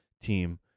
team